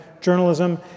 journalism